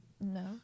No